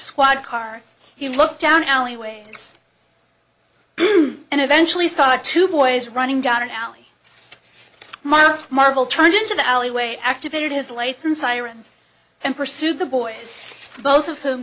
squad car he looked down alleyway and eventually saw the two boys running down an alley marked marvel turned into the alleyway activated his lights and sirens and pursued the boys both of whom